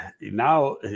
now